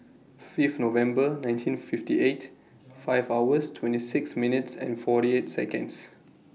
Fifth November nineteen fifty eight five hours twenty six minutes and forty eight Seconds